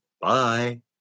Bye